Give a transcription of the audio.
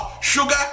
Sugar